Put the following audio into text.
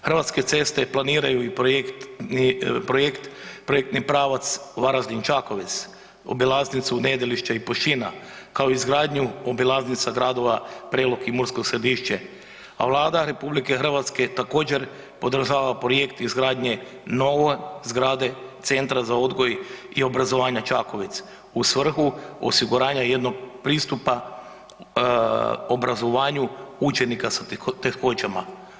Hrvatske ceste planiraju i projektni pravac Varaždin-Čakovce, obilaznicu Nedelilšća i Pušćina kao i izgradnju obilaznica gradova Prelog i Mursko Središće, a Vlada RH također podržava projekt izgradnje nove zgrade Centra za odgoj i obrazovanje Čakovec u svrhu osiguranja jednog pristupa obrazovanju učenika sa teškoćama.